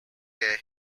their